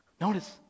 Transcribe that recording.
Notice